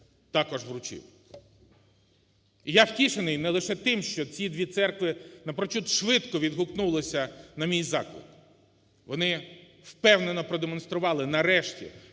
також вручив. І я втішений не лише тим, що ці дві церкви напрочуд швидко відгукнулися на мій заклик, вони впевнено продемонстрували нарешті